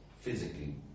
physically